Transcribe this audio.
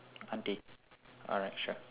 auntie alright sure